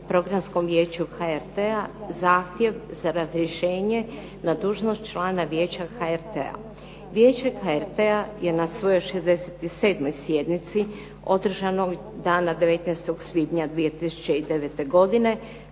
Programskom vijeću HRT-a zahtjev za razrješenje na dužnost člana Vijeće HRT-a. Vijeće HRT-a je na svojoj 167. sjednici održanoj dana 19. svibnja 2009. godine